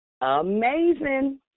Amazing